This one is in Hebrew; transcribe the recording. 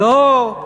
לא.